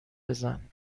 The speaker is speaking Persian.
بزن